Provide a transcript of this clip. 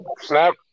snap